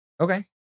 Okay